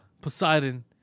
Poseidon